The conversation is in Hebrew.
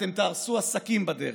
אתם תהרסו עסקים בדרך,